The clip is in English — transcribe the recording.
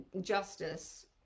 justice